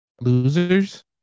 losers